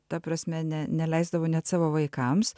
ta prasme ne neleisdavo net savo vaikams